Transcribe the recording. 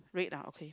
red ah okay